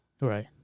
right